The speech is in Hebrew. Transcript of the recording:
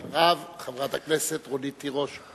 אחריו, חברת הכנסת רונית תירוש.